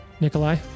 Nikolai